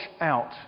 out